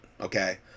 okay